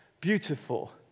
beautiful